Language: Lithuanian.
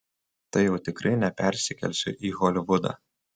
tai jau tikrai nepersikelsiu į holivudą